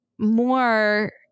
more